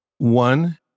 One